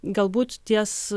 galbūt ties